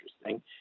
interesting